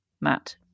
Matt